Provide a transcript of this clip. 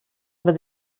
aber